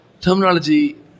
terminology